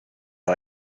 the